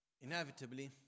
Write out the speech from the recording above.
inevitably